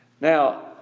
Now